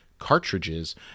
cartridges